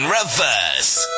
Reverse